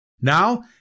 Now